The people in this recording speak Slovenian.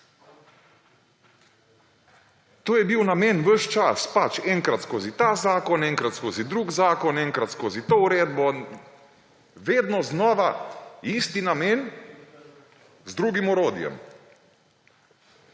To je bil namen ves čas, pač enkrat skozi ta zakon, enkrat skozi drug zakon, enkrat skozi to uredbo; vedno znova isti namen z drugim orodjem.